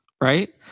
right